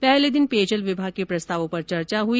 पहले दिन पेयजल विभाग के प्रस्तावों पर चर्चा हुई